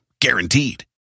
Guaranteed